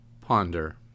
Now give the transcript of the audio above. Ponder